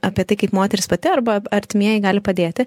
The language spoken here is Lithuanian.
apie tai kaip moteris pati arba artimieji gali padėti